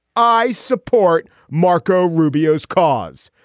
i support marco rubio's cause.